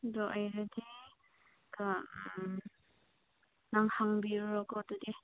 ꯑꯗꯨ ꯑꯣꯏꯔꯗꯤ ꯈꯔ ꯎꯝ ꯅꯪ ꯍꯪꯕꯤꯔꯣꯀꯣ ꯑꯗꯨꯗꯤ